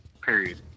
period